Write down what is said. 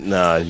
Nah